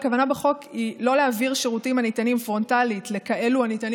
הכוונה בחוק היא לא להפוך שירותים הניתנים פרונטלית לכאלה הניתנים